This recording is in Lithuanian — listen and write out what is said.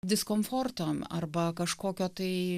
diskomforto arba kažkokio tai